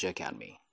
Academy